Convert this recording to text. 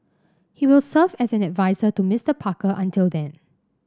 he will serve as an adviser to Mister Parker until then